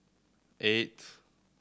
eight